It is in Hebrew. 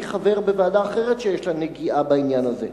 אני חבר בוועדה אחרת שיש לה נגיעה בעניין הזה,